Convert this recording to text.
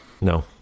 no